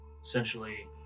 Essentially